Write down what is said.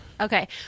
Okay